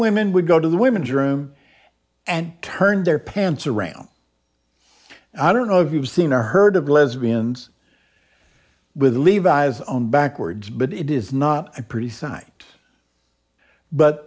women would go to the women germ and turn their pants around and i don't know if you've seen or heard of lesbians with levis on backwards but it is not a pretty sight but